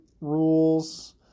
rules